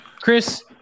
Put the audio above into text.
Chris